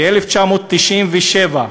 ב-1997,